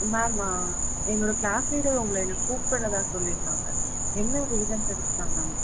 ma'am என்னோடய class leader உங்களை என்னை கூப்பிட்றதா சொல்லியிருந்தாங்க என்ன ரீசன் தெரிஞ்சிக்கலாமா மேம்